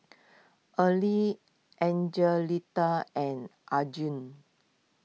early Angelita and Arjun